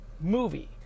movie